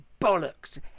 bollocks